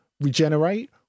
regenerate